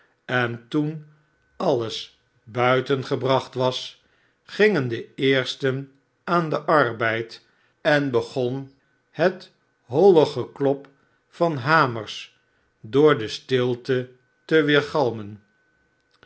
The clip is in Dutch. en toen alles buitengebracht was gingen de eersten aan den arbeid en begon het holle geklop van hamers door de stilte te